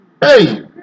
Hey